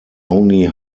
only